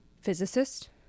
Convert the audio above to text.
physicist